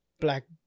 black